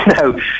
No